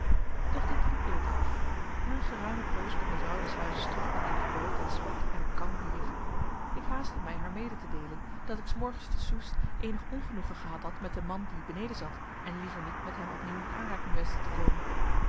doch dit liep beter af na een geruime poos kwam de vrouw des huizes terug met eenig brood en spek en een kan bier ik haastte mij haar mede te deelen dat ik s morgens te soest eenig ongenoegen gehad had met den man die beneden zat en liever niet met hem opnieuw in aanraking wenschte te komen